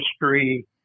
history